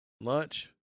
Lunch